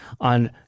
on